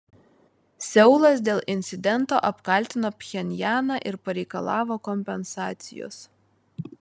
seulas dėl incidento apkaltino pchenjaną ir pareikalavo kompensacijos